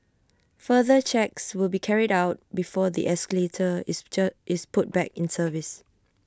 further checks will be carried out before the escalator is check is put back in service